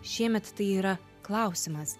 šiemet tai yra klausimas